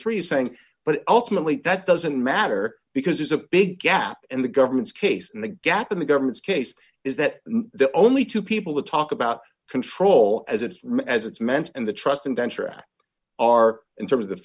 three saying but ultimately that doesn't matter because there's a big gap in the government's case and the gap in the government's case is that the only two people to talk about control as it as it's meant and the trust indenture on are in terms of